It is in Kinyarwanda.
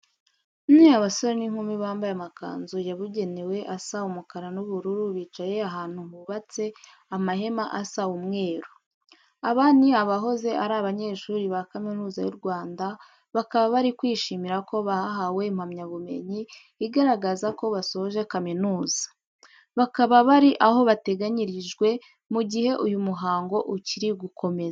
Ni abasore n'inkumi bambaye amakanzu yabugenewe asa umukara n'ubururu, bicaye ahantu hubatse amahema asa umweru. Abi ni abahoze ari abanyeshuri ba Kaminuza y'u Rwanda, bakaba bari kwishimira ko bahawe impamyabumenyu igaragaza ko basoje kaminuza. Bakaba bari aho bateganyirijwe mu gihe uyu muhango ukiri gukomeza.